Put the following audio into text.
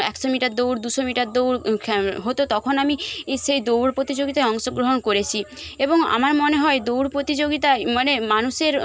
একশো মিটার দৌড় দুশো মিটার দৌড় হতো তখন আমি ই সেই দৌড় প্রতিযোগিতায় অংশগ্রহণ করেছি এবং আমার মনে হয় দৌড় প্রতিযোগিতায় মানে মানুষের